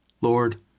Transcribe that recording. Lord